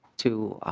to